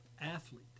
athlete